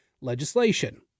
legislation